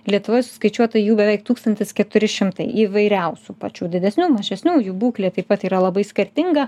lietuvoje suskaičiuota jų beveik tūkstantis keturi šimtai įvairiausių pačių didesnių mažesnių jų būklė taip pat yra labai skirtinga